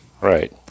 Right